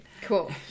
Cool